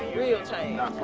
real change.